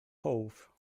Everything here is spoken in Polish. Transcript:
połów